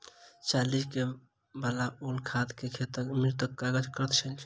चाली सॅ बनाओल खाद खेतक लेल अमृतक काज करैत छै